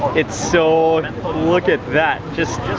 it's so, and and look at that, just,